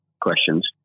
questions